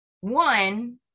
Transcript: one